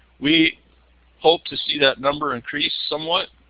we hope to see that number increased somewhat,